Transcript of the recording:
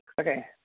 Okay